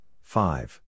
five